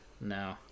no